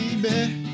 baby